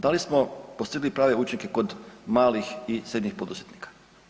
Da li smo postigli prave učinke kod malih i srednjih poduzetnika?